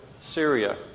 Syria